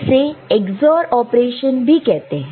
इसे XOR operation भी कहते हैं